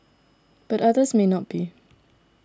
but others may not be